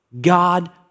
God